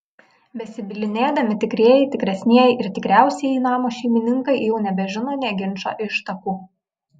besibylinėdami tikrieji tikresnieji ir tikriausieji namo šeimininkai jau nebežino nė ginčo ištakų